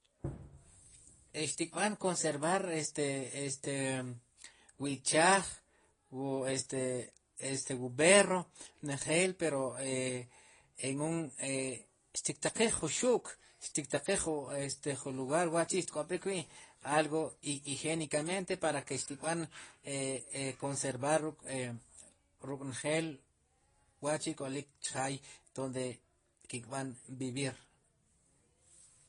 Xtik b'an konservar este, este wu ichaaj wu este, este wu berro njeel pero e en un xtaqiij jun xu'k, xtktaqiij jun lugar wa'chi' xtk'ob'ik wi' algo higenikamente para ke xtkb'an konservar ruk'njel e wachi' k'olik chjaay donde ki'kb'an vivir.